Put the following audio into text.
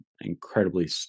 incredibly